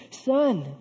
son